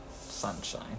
Sunshine